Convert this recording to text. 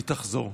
היא תחזור.